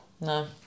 No